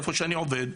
איפה שאני עובד,